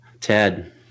Ted